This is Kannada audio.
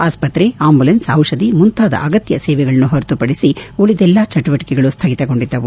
ಆಸ್ತ್ರೆ ಆಂಬುಲೆನ್ಸ್ ಔಷಧಿ ಮುಂತಾದ ಅಗತ್ಯ ಸೇವೆಗಳನ್ನು ಹೊರತುಪಡಿಸಿ ಉಳಿದೆಲ್ಲಾ ಚಟುವಟಿಕೆಗಳು ಸ್ಲಗಿತಗೊಂಡಿದ್ದವು